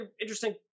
interesting